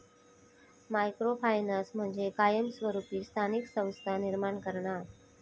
micro finance म्हणजे कायमस्वरूपी स्थानिक संस्था निर्माण करणा